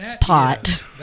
pot